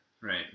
Right